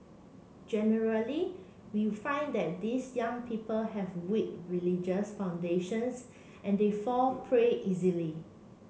generally we find that these young people have weak religious foundations and they fall prey easily